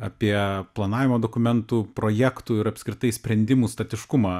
apie planavimo dokumentų projektų ir apskritai sprendimų statiškumą